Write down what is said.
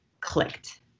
clicked